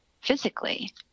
physically